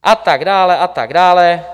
A tak dále a tak dále.